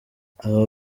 aba